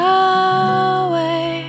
away